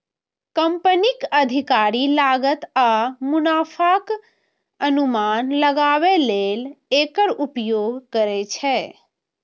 कंपनीक अधिकारी लागत आ मुनाफाक अनुमान लगाबै लेल एकर उपयोग करै छै